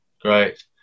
Great